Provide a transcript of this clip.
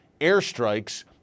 airstrikes